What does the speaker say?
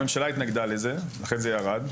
הממשלה התנגדה לזה לכן זה ירד.